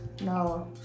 No